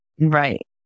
Right